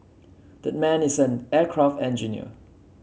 that man is an aircraft engineer